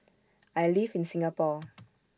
I live in Singapore